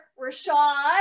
rashad